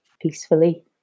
peacefully